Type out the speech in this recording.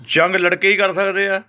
ਜੰਗ ਲੜਕੇ ਹੀ ਕਰ ਸਕਦੇ ਹਾਂ